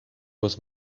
was